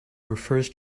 refers